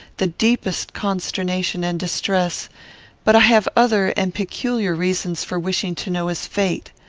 the deepest consternation and distress but i have other and peculiar reasons for wishing to know his fate.